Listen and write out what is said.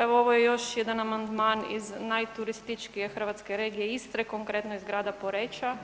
Evo, ovo je još jedan amandman iz najturističkije hrvatske regije, Istre, konkretno iz grada Poreča